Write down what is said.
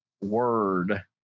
word